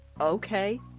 Okay